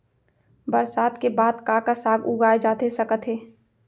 बरसात के बाद का का साग उगाए जाथे सकत हे?